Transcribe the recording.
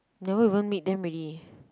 never even meet them already